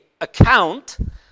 account